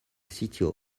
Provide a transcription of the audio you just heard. sitio